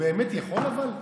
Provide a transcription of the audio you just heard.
הוא באמת יכול, אבל?